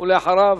אחריו,